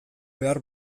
behar